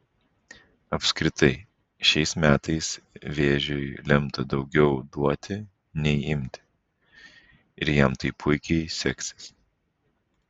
apskritai šiais metais vėžiui lemta daugiau duoti nei imti ir jam tai puikiai seksis